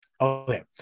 okay